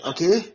Okay